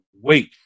wait